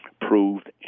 proved